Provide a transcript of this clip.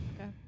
Okay